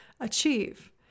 achieve